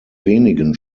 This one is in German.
wenigen